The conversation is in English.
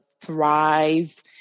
thrive